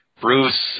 Bruce